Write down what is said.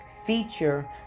feature